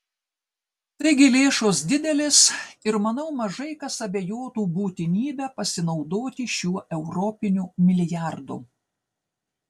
taigi lėšos didelės ir manau mažai kas abejotų būtinybe pasinaudoti šiuo europiniu milijardu